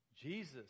Jesus